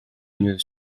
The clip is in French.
une